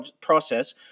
process